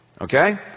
Okay